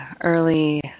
Early